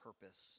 purpose